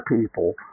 people